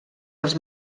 dels